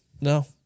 No